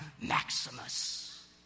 Maximus